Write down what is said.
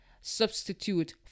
substitute